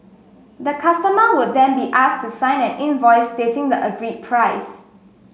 the customer would then be asked to sign an invoice stating the agreed price